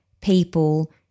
people